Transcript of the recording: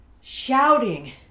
shouting